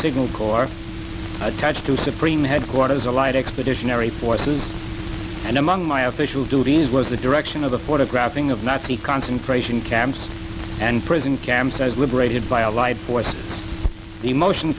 signal corps attached to supreme headquarters allied expeditionary forces and among my official duties was the direction of the photographing of nazi concentration camps and prison camps as liberated by allied forces the motion